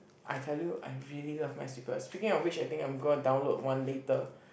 I tell you I really love Minesweeper speaking of which I think I'm going to download one later